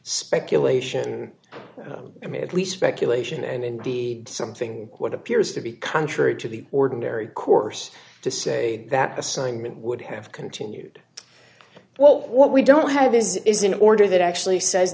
speculation i mean at least speculation and indeed something what appears to be contrary to the ordinary course to say that the sun would have continued well what we don't have is an order that actually sa